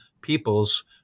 peoples